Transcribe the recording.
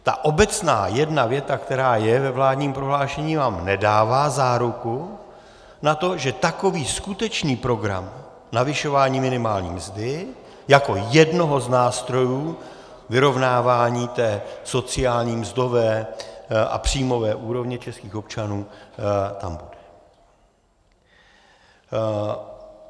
Ta obecná jedna věta, která je ve vládním prohlášení, nám nedává záruku na to, že takový skutečný program navyšování minimální mzdy jako jednoho z nástrojů vyrovnávání sociální, mzdové a příjmové úrovně českých občanů tam bude.